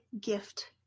gift